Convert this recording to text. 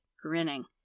grinning